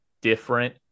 different